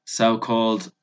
so-called